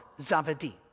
Zavadi